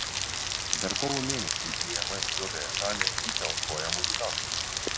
dar kovo mėnesį į ms juodąją salę įkels koją muzikantai